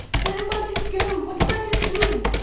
where am i to go? what am i to do?